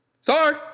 Sorry